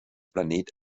planet